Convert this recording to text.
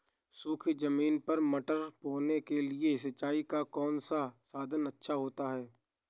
सूखी ज़मीन पर मटर बोने के लिए सिंचाई का कौन सा साधन अच्छा होता है?